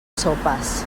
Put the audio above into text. sopes